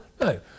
No